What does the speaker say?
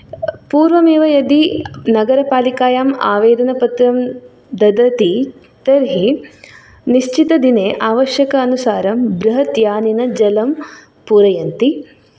पूर्वमेव यदि नगरपालिकायाम् आवेदनपत्रं ददति तर्हि निश्चित दिने आवश्यकतानुसारं बृहत् यानेन जलं पूरयन्ति